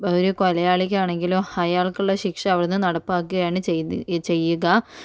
ഒരു കൊലയാളിക്ക് ആണെങ്കിലും അയാൾക്കുള്ള ശിക്ഷ അവിടന്ന് നടപ്പാക്കുകയാണ് ചെയ്യുക